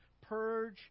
purge